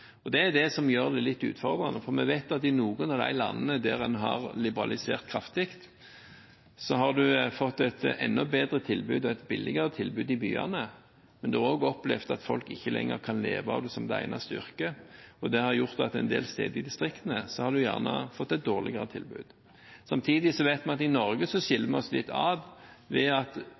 og det er det som gjør det litt utfordrende. For vi vet at i noen av de landene der man har liberalisert kraftig, har man fått et enda bedre og billigere tilbud i byene, men man har også opplevd at folk ikke lenger kan leve av det som eneste yrke, og det har gjort at man en del steder i distriktene har fått et dårligere tilbud. Samtidig vet vi at i Norge skiller vi oss litt ut ved at